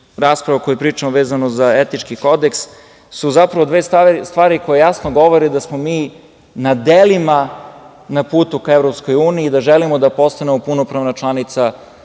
rasprava vezano za etički kodeks, su zapravo dve stvari koje jasno govore da smo mi na delima na putu ka EU i da želimo da postanemo punopravna članica ove